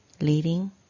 leading